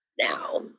now